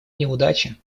неудачи